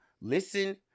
Listen